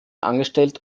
angestellt